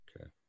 Okay